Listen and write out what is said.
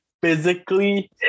physically